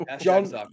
John